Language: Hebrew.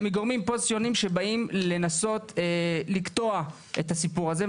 מגורמים פוסט ציוניים שבאים לנסות לקטוע את הסיפור הזה,